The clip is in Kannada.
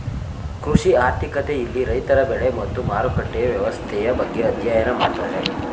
ಕೃಷಿ ಆರ್ಥಿಕತೆ ಇಲ್ಲಿ ರೈತರ ಬೆಳೆ ಮತ್ತು ಮಾರುಕಟ್ಟೆಯ ವ್ಯವಸ್ಥೆಯ ಬಗ್ಗೆ ಅಧ್ಯಯನ ಮಾಡ್ತಾರೆ